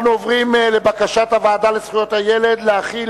אנחנו עוברים לבקשת הוועדה לזכויות הילד להחיל